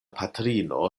patrino